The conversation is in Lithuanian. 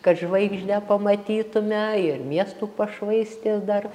kad žvaigždę pamatytume ir miestų pašvaistės dar